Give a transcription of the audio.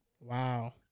Wow